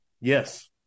Yes